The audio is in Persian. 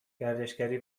گردشگری